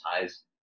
ties